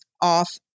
off